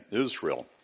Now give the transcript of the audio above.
Israel